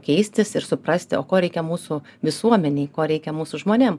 keistis ir suprasti o ko reikia mūsų visuomenei ko reikia mūsų žmonėm